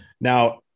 Now